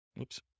Oops